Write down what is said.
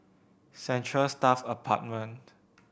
Central Staff Apartment